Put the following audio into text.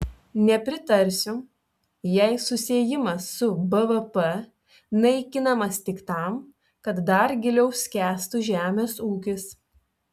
nepritarsiu jei susiejimas su bvp naikinamas tik tam kad dar giliau skęstų žemės ūkis